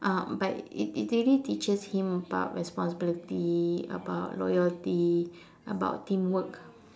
uh but it it it really teaches him about responsibility about loyalty about teamwork